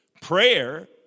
Prayer